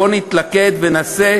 בואו נתלכד ונצביע